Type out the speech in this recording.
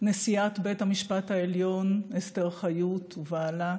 נשיאת בית המשפט העליון אסתר חיות ובעלה,